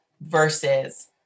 versus